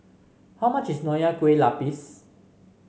how much is Nonya Kueh Lapis